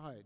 hide